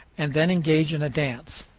and then engage in a dance.